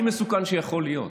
זה הדבר הכי מסוכן שיכול להיות.